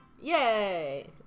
Yay